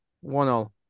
One-all